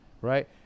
Right